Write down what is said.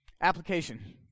Application